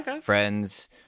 Friends